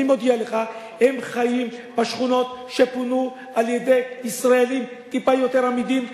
אני מודיע לך שהם חיים בשכונות שפונו על-ידי ישראלים טיפה יותר אמידים.